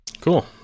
Cool